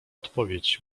odpowiedź